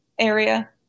area